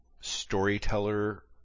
storyteller